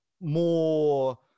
more